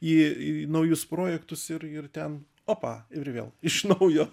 į į naujus projektus ir ir ten opa ir vėl iš naujo